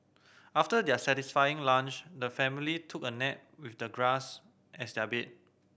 after their satisfying lunch the family took a nap with the grass as their bed